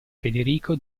federico